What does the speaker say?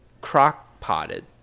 crock-potted